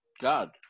God